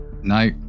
No